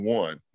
one